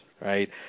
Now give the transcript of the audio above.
Right